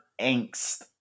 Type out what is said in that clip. angst